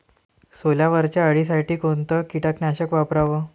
सोल्यावरच्या अळीसाठी कोनतं कीटकनाशक वापराव?